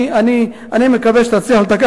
אני מקווה שתצליח לתקן.